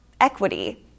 equity